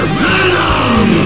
venom